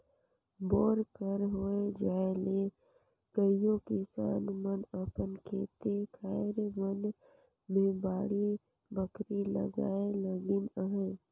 bore कर होए जाए ले कइयो किसान मन अपन खेते खाएर मन मे बाड़ी बखरी लगाए लगिन अहे